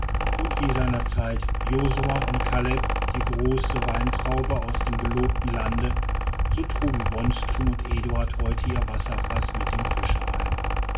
und wie seiner zeit josua und kaleb die große weintraube aus dem gelobten lande so trugen wonström und eduard heute ihr wasserfaß mit dem fische heim